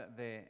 de